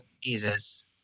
Jesus